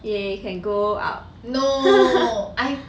!yay! you can go out